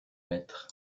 maître